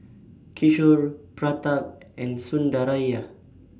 Kishore Pratap and Sundaraiah